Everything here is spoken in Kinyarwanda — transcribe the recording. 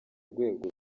rwego